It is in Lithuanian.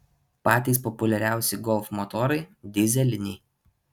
patys populiariausi golf motorai dyzeliniai